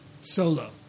Solo